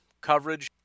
coverage